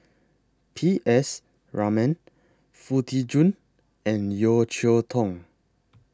P S Raman Foo Tee Jun and Yeo Cheow Tong